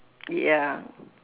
ya